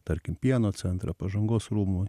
tarkim pieno centrą pažangos rūmai